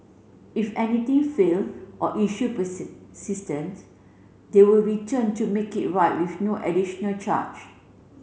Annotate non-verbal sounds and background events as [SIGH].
if anything fail or issue [UNINTELLIGIBLE] they will return to make it right with no additional charge